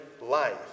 life